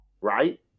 Right